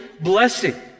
blessing